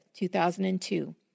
2002